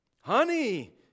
Honey